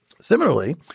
Similarly